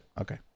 okay